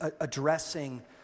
addressing